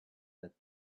that